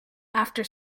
after